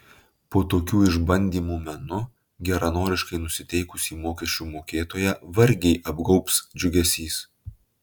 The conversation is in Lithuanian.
po tokių išbandymų menu geranoriškai nusiteikusį mokesčių mokėtoją vargiai apgaubs džiugesys